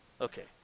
Okay